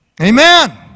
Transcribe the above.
Amen